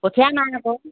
কঠীয়া নাই আকৌ